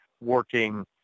working